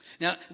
Now